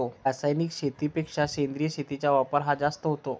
रासायनिक शेतीपेक्षा सेंद्रिय शेतीचा वापर हा जास्त होतो